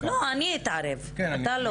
לא, אני אתערב אתה לא.